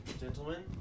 Gentlemen